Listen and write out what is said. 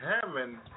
heaven